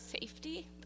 safety